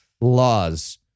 laws